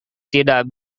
tak